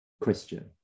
Christian